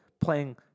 playing